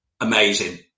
Amazing